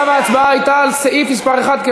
על מה הייתה ההצבעה?